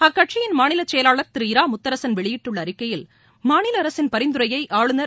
அக்கட்சியின் மாநிலச்செயலாளர் திரு இரா முத்தரசன் வெளியிட்டுள்ள அறிக்கையில் மாநில அரசின் பரிந்துரையை ஆளுநர்